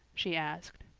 she asked.